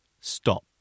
Stop